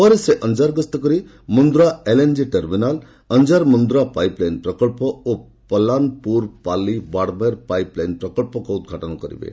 ପରେ ସେ ଅଞ୍ଜାର ଗସ୍ତ କରି Mundra LNG terminal Anjar Mundra pipeline ପ୍ରକଳ୍ପ ଓ ପଲାନପୁର ପାଲି ବାଡମେର ପାଇପ ଲାଇନ ପ୍ରକଳ୍ପକୁ ଉଦ୍ଘାଟନ କରିବେ